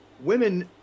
women